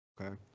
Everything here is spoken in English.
Okay